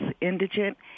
indigent